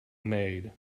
maid